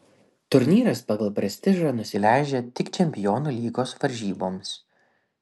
turnyras pagal prestižą nusileidžia tik čempionų lygos varžyboms